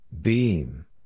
Beam